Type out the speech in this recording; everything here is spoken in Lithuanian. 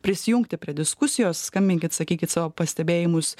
prisijungti prie diskusijos skambinkit sakykit savo pastebėjimus